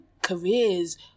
careers